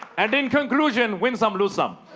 and in conclusion, win some, lose some.